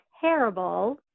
terrible